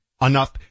Enough